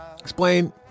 explain